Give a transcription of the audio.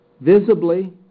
visibly